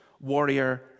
warrior